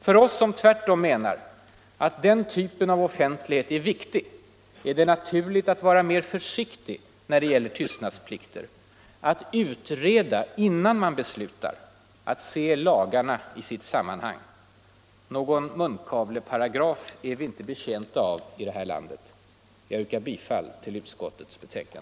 För oss som tvärtom menar att den typen av offentlighet är viktig är det naturligt att vara mer försiktig när det gäller tystnadsplikter, att utreda innan man beslutar, att se lagarna i deras sammanhang. Någon munkavleparagraf är vi inte betjänta av i det här landet. Jag yrkar bifall till utskottets hemställan.